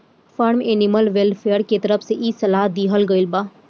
form animal welfare के तरफ से इ सलाह दीहल गईल बा